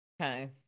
Okay